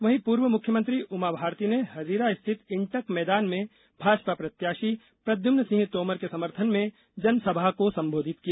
वहीं पूर्व मुख्यमंत्री उमा भारती ने हजीरा स्थिति इंटक मैदान में भाजपा प्रत्याशी प्रद्य्मन सिंह तोमर के समर्थन में जनसभा को संबोधित किया